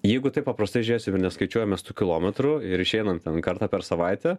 jeigu taip paprastai žiūrėsim ir neskaičiuojam mes tų kilometrų ir išeinant ten kartą per savaitę